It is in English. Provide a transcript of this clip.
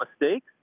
mistakes